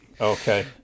Okay